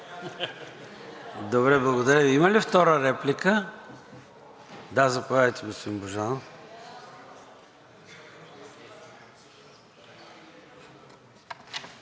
Добре, благодаря Ви. Има ли втора реплика? Да, заповядайте, господин Божанов.